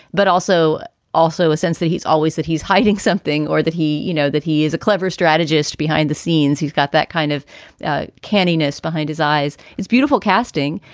but also also a sense that he's always that he's hiding something or that he you know, that he is a clever strategist behind the scenes. he's got that kind of canniness behind his eyes. it's beautiful casting.